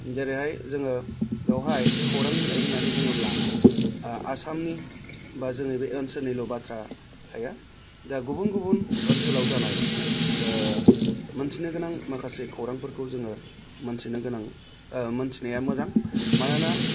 जेरैहाय जोङो बेवहाय खौरां बिलाइ होननानै बुङोब्ला आसामनि बा जोंनि बे ओनसोलनिल' बाथ्रा थाया दा गुबुन गुबुन ओनसोलाव जानाय मोनथिनो गोनां माखासे खौरांफोरखौ जोङो मोनथिनो गोनां मोनथिनाया मोजां मानोना